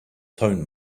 tone